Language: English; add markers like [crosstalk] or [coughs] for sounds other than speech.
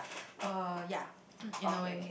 uh ya [coughs] in a way